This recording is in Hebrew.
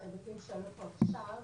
זו יחידה שיש לנו כבר כמה שנים,